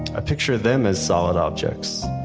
i picture them as solid objects,